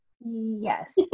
Yes